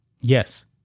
Yes